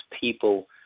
people